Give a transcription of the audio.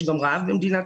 יש גם רעב במדינת